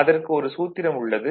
அதற்கு ஒரு சூத்திரம் உள்ளது